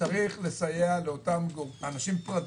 היתה צריכה להגיע היום והדיון התבטל.